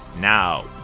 Now